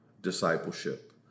discipleship